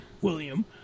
William